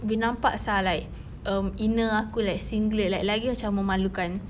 boleh nampak sia like um inner aku like singlet like lagi macam memalukan